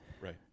Right